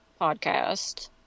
podcast